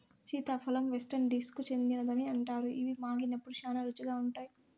సీతాఫలం వెస్టిండీస్కు చెందినదని అంటారు, ఇవి మాగినప్పుడు శ్యానా రుచిగా ఉంటాయి